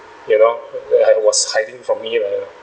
you know that had was hiding from leh